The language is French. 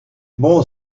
bon